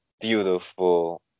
beautiful